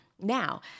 now